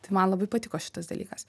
tai man labai patiko šitas dalykas